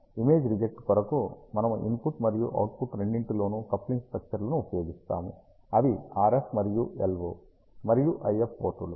image reject కొరకు మనము input మరియు అవుట్పుట్ రెండింటిలోనూ కప్లింగ్ స్టక్చర్లను ఉపయోగిస్తాము అవి RF మరియు LO మరియు IF పోర్టులు